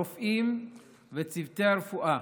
הרופאים וצוותי הרפואה